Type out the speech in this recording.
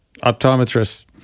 optometrist